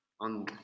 on